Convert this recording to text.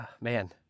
Man